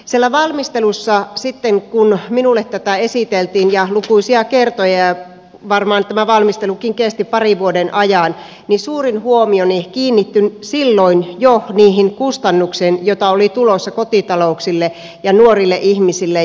siellä valmistelussa sitten kun minulle tätä esiteltiin lukuisia kertoja ja varmaan tämä valmistelukin kesti parin vuoden ajan suurin huomioni kiinnittyi silloin jo niihin kustannuksiin joita oli tulossa kotitalouksille ja nuorille ihmisille